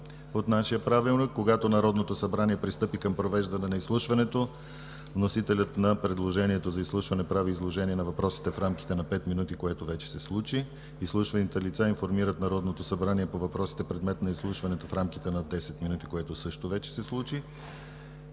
от нашия Правилник: „(2) Когато Народното събрание пристъпи към провеждане на изслушването, вносителят на предложението за изслушване прави изложение на въпросите в рамките на 5 минути“, което вече се случи. „Изслушваните лица информират Народното събрание по въпросите, предмет на изслушването, в рамките на 10 минути“, което също вече се случи.